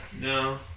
No